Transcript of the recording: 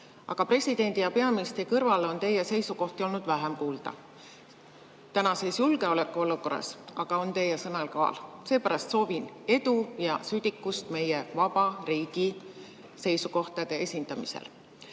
Aga presidendi ja peaministri kõrval on teie seisukohti olnud vähem kuulda. Tänases julgeolekuolukorras on aga teie sõnal kaal. Seepärast soovin edu ja südikust meie vaba riigi seisukohtade esindamisel.